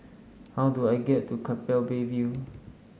how do I get to Keppel Bay View